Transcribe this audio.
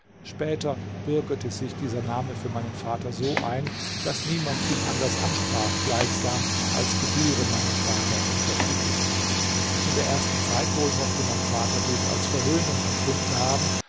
später bürgerte sich dieser name für meinen vater so ein daß niemand ihn anders ansprach gleichsam als gebühre meinem vater dieser titel in der ersten zeit wohl mochte mein vater dies als verhöhnung empfunden haben